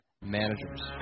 managers